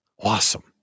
Awesome